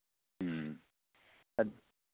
ꯎꯝ